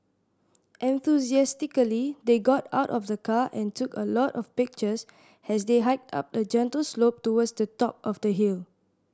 enthusiastically they got out of the car and took a lot of pictures as they hiked up a gentle slope towards the top of the hill